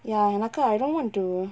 ya எனக்கு:enakku I don't want to